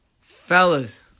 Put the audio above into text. Fellas